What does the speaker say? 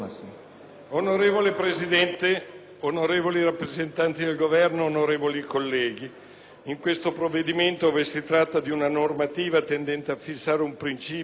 Onorevole Presidente, onorevoli rappresentanti del Governo, onorevoli colleghi, questo provvedimento, che reca una normativa tendente a fissare un principio